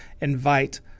invite